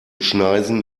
schneisen